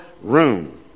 room